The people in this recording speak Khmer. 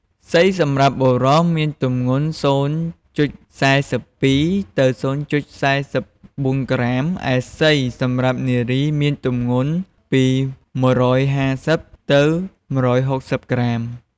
សី សម្រាប់បុរសមានទម្ងន់០.៤២ ទៅ០.៤៤ក្រាម ឯ សីសម្រាប់នារីមានទម្ងន់ពី១៥០ ទៅ ១៦០ក្រាម ។